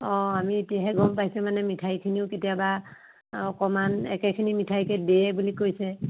অ আমি এতিয়াহে গম পাইছোঁ মানে মিঠাইখিনিও কেতিয়াবা অকণমান একেখিনি মিঠাইকে দিয়ে বুলি কৈছে